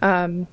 which